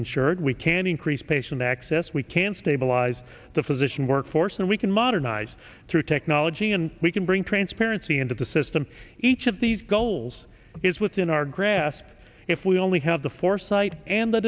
insured we can increase patient access we can stabilize the physician workforce and we can modernize through technology and we can bring transparency into the system each of these goals is within our grasp if we only have the foresight and the